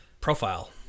profile